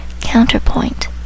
counterpoint